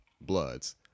bloods